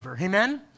Amen